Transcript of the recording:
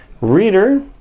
reader